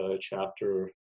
chapter